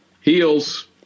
Heels